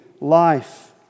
life